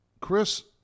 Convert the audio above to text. Chris